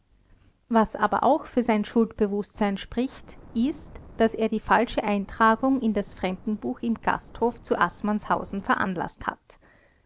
was aber auch für sein schuldbewußtsein spricht ist daß er die falsche eintragung in das fremdenbuch im gasthof zu aßmannshausen veranlaßt hat